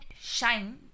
shine